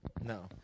No